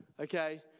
okay